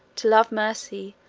to love mercy,